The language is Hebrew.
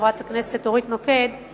חברת הכנסת אורית נוקד,